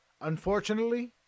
Unfortunately